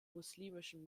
muslimischen